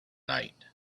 night